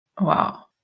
Wow